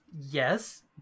Yes